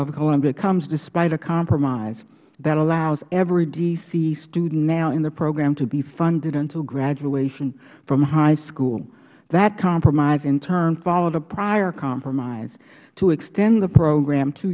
of columbia comes despite a compromise that allows every d c student now in the program to be funded until graduation from high school that compromise in turn followed a prior compromise to extend the program two